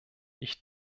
ich